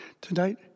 Tonight